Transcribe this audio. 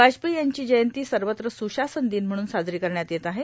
बाजपेयी यांची जयंती सवत्र सुशासन ादन म्हणून साजरां करण्यात येत आहे